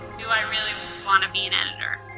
do i really wanna be an editor?